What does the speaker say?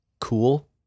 cool